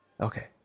Okay